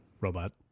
Robot